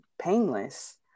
painless